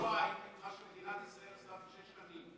עשיתם בשבועיים מה שמדינת ישראל עשתה בשש שנים.